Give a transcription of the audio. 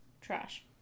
Trash